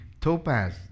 topaz